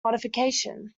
modification